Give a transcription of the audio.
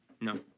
No